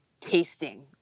tasting